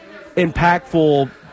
impactful